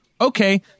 Okay